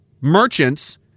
merchants